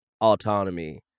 autonomy